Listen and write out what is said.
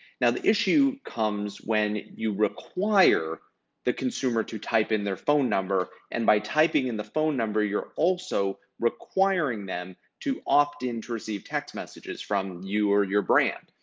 now, the issue comes when you require the consumer to type in their phone number, and by typing in the phone number, you're also requiring them to opt in to receive text messages from you or your brand.